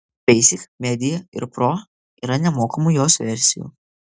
basic media ir pro yra nemokamų jos versijų